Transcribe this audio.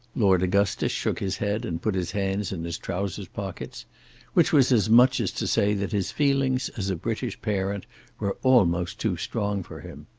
lord augustus shook his head and put his hands in his trousers pockets which was as much as to say that his feelings as a british parent were almost too strong for him.